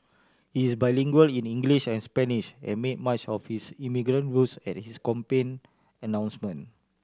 he is bilingual in English and Spanish and made much of his immigrant roots at his campaign announcement